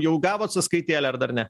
jau gavot sąskaitėlę ar dar ne